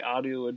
Audio